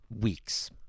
weeks